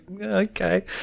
okay